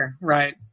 right